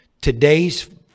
Today's